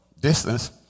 distance